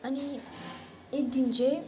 अनि एकदिन चाहिँ